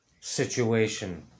situation